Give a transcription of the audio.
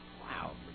wow